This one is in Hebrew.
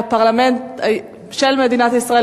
לפרלמנט של מדינת ישראל,